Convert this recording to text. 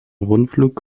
rundflug